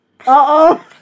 Uh-oh